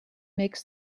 makes